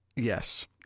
Yes